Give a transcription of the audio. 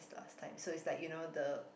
last time so it's like you know the